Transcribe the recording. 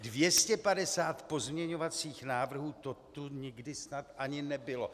250 pozměňovacích návrhů, to tu nikdy snad ani nebylo.